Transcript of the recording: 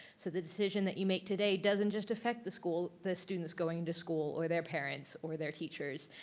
so the decision that you make today doesn't just affect the school, the students going to school or their parents, or their teachers.